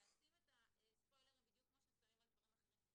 לשים את הספוילרים בדיוק כמו ששמים על דברים אחרים.